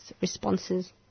responses